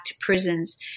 prisons